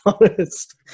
honest